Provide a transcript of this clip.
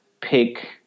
pick